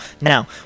Now